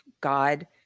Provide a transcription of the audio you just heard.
God